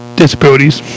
disabilities